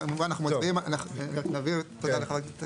כמובן, אנחנו מצביעים, רק להבהיר לחברת הכנסת.